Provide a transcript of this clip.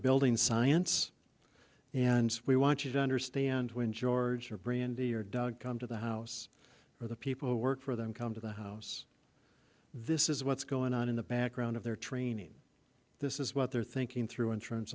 building science and we want you to understand when george or brandy or dog come to the house or the people who work for them come to the house this is what's going on in the background of their training this is what they're thinking through in